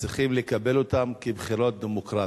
צריכים לקבל אותן כבחירות דמוקרטיות.